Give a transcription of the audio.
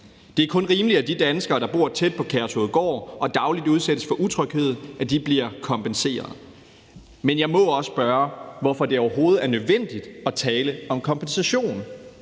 Det er kun rimeligt, at de danskere, der bor tæt på Kærshovedgård og dagligt udsættes for utryghed, bliver kompenseret. Men jeg må også spørge, hvorfor det overhovedet er nødvendigt at tale om kompensation.